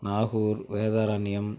Nagore Vedaranyam